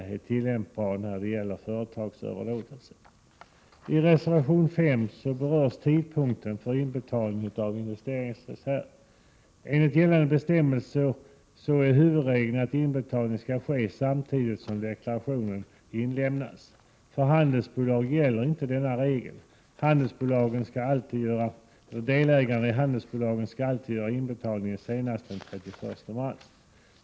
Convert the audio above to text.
I reservation 5 berörs tidpunkten för inbetalning på investeringsreserv. Enligt gällande bestämmelser är huvudregeln att inbetalning skall ske samtidigt som deklarationen inlämnas. För handelsbolag gäller inte denna regel. Delägare i handelsbolag skall alltid göra inbetalning senast den 31 mars.